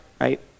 right